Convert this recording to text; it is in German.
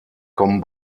kommen